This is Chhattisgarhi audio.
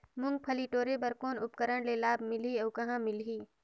मुंगफली टोरे बर कौन उपकरण ले लाभ मिलही अउ कहाँ मिलही?